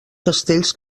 castells